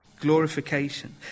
glorification